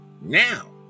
Now